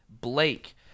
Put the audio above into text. Blake